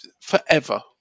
forever